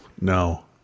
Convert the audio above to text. no